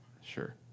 Sure